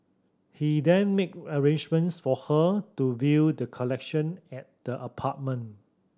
he then made arrangements for her to view the collection at the apartment